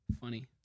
Funny